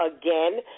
again